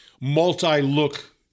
multi-look